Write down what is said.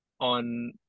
on